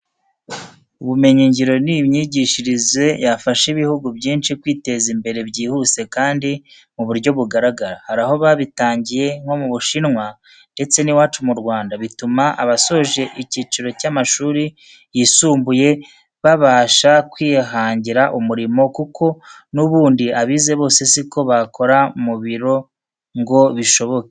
Ubumenyingiro ni imyigishirize yafasha ibihugu byinshi kwiteza imbere byihuse kandi mu buryo bugaragara. Hari aho babitangiye nko mu Bushinwa ndetse n'iwacu mu Rwanda, bituma abasoje icyiciro cy'amashuri yisumbuye babasha kwihangira umurimo, kuko n'ubundi abize bose si ko bakora mu biro ngo bishoboke.